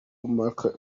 marchal